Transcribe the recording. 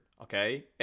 Okay